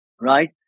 Right